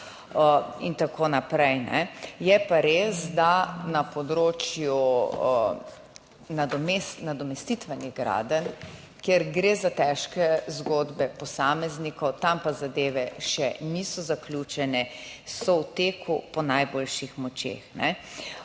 in tako naprej. Je pa res, da na področju nadomestitvenih gradenj, kjer gre za težke zgodbe posameznikov, tam pa zadeve še niso zaključene, so v teku po najboljših močeh,